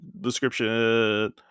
description